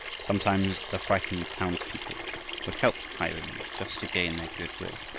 sometimes the frightened townspeople would help the highwaymen just to gain their good-will,